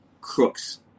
crooks